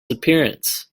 appearance